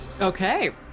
Okay